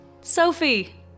Sophie